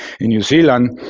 in new zealand,